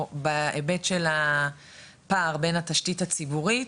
או בהיבט של הפער בין התשתית הציבורית,